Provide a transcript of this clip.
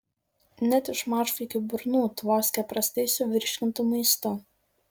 net iš mažvaikių burnų tvoskia prastai suvirškintu maistu